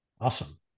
Awesome